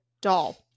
doll